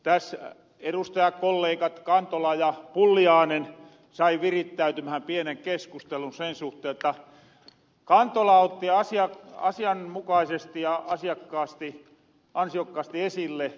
täs edustajakolleegat kantola ja pulliaanen sai virittäytymähän pienen keskustelun sen suhteen mitä kantola otti asianmukaisesti ja ansiokkaasti esille